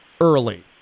early